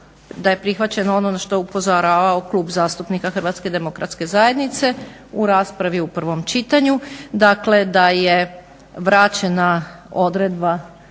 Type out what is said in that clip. da je prihvaćeno ono na što je upozoravao Klub zastupnika HDZ-a u raspravi u prvom čitanju, dakle da je vraćena odredba